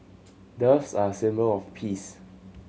doves are symbol of peace